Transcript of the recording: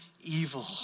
evil